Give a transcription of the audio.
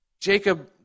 Jacob